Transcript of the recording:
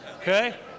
Okay